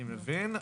אני מבין.